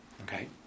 Okay